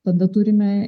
tada turime